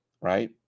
right